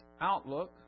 Outlook